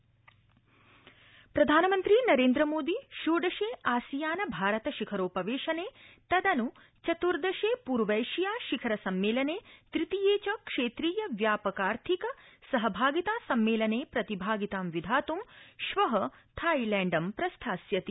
प्रधानमंत्री थाईलैण्ड यात्रा प्रधानमन्त्री नरेन्द्रमोदी षोडशे आसियान भारत शिखरोपवेशने तदनु चतुर्दशे पूर्वैशिया शिखर सम्मेलने तृतीये च क्षेत्रीय व्यापकार्थिक सहभागिता सम्मेलने प्रतिभागितां विधातं श्व थाईलैण्डं प्रस्थास्यति